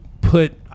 put